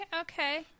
okay